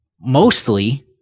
mostly